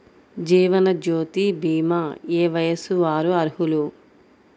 జీవనజ్యోతి భీమా ఏ వయస్సు వారు అర్హులు?